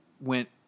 went